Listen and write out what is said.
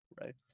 right